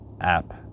app